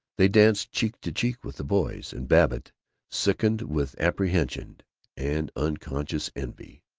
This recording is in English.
they danced cheek to cheek with the boys, and babbitt sickened with apprehension and unconscious envy.